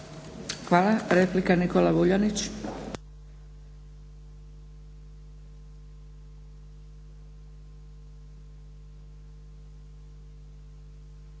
replika Nikola Vuljanić.